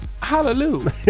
Hallelujah